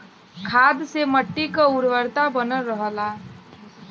खाद से मट्टी क उर्वरता बनल रहला